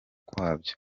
kwabyo